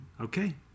okay